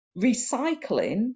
Recycling